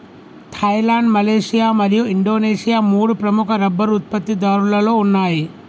Thailand, Malaysia మరియు Indonesia మూడు ప్రముఖ రబ్బరు ఉత్పత్తిదారులలో ఉన్నాయి